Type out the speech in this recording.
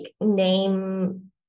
name